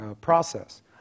process